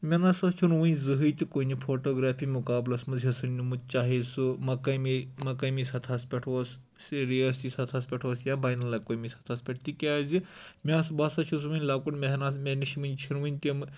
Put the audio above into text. مےٚ نہ سا چھُنہٕ وُنہِ زٕہٕنۍ تہِ کُنہِ فوٹوگرٛافی مُقابلَس منٛز حِصہٕ نِمُت چاہے سُہ مقٲمی مقٲمی سطحَس پٮ۪ٹھ اوس سُہ رِیٲستی سطحَس پٮ۪ٹھ اوس یا بین الاقوٲمی سطحَس پٮ۪ٹھ تِکیازِ مےٚ سَا بہٕ ہَسا چھُس وُنہِ لوٚکُٹ مےٚ نہ حظ مےٚ نِش وُنہِ چھِنہٕ وُنہِ تِم